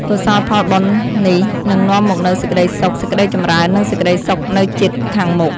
កុសលផលបុណ្យនេះ នឹងនាំមកនូវសេចក្តីសុខ សេចក្តីចម្រើន និងសេចក្តីសុខនៅជាតិខាងមុខ។